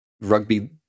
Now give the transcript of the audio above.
rugby